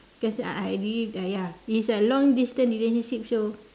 guess I believe that ya it is a long distance relationship so